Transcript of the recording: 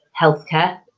healthcare